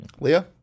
Leah